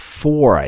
four